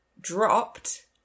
dropped